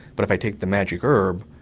but if i take the magic herb,